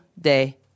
day